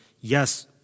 yes